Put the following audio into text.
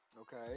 Okay